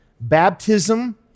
baptism